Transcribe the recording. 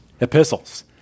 epistles